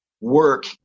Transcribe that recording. work